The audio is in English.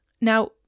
Now